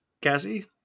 cassie